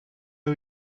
are